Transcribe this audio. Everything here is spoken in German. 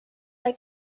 bei